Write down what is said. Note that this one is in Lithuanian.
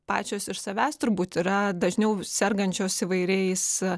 pačios iš savęs turbūt yra dažniau sergančios įvairiais